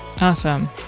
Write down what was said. awesome